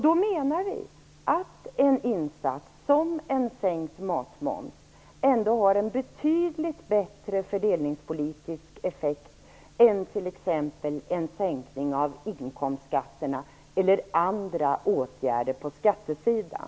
Vi menar då att en insats som en sänkning av matmomsen ändå har en betydligt bättre fördelningspolitisk effekt än t.ex. en sänkning av inkomstskatterna eller andra åtgärder på skattesidan.